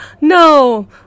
No